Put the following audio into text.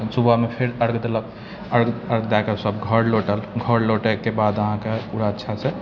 सुबहमे फिर अर्घ देलक अर्घ अर्घ दएके सभ घर लौटल घर लौटैके बाद अहाँके पूरा अच्छासँ